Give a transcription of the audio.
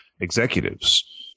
executives